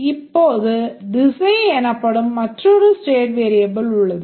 இப்போது திசை எனப்படும் மற்றொரு ஸ்டேட் வேரியபிள் உள்ளது